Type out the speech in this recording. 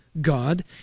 God